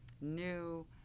new